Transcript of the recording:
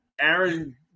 Aaron